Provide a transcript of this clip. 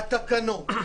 התקנות,